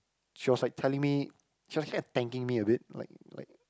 she was like telling me she was kind of thanking me a bit like like